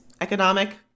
economic